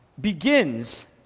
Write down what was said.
begins